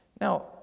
Now